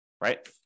right